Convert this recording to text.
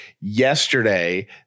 yesterday